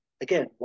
again